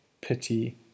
pity